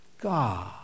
God